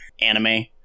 anime